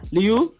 Liu